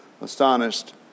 astonished